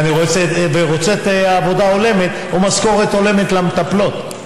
ואני רוצה עבודה הולמת ומשכורת הולמת למטפלות.